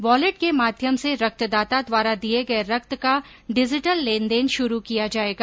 wallet के माध्यम से रक्तदाता द्वारा दिए गए रक्त का डिजिटल लेनदेन शुरू किया जाएगा